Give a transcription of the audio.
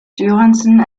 johansson